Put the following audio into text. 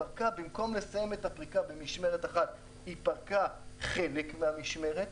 ובמקום לסיים את הפריקה במשמרת אחת היא פרקה חלק מהמשמרת,